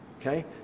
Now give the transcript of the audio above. okay